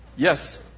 Yes